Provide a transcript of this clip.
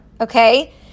okay